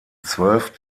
zwölf